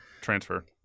transfer